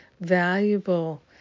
valuable